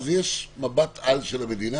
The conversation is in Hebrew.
יש מבט על של המדינה,